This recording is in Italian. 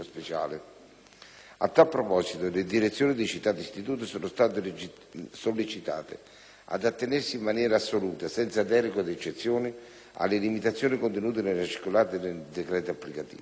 A tal proposito, le direzioni dei citati istituti sono state sollecitate ad attenersi in maniera assoluta, senza deroghe od eccezioni, alle limitazioni contenute nella circolare e nel decreto applicativo, utilizzando,